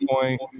point